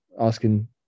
asking